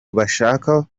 bashaka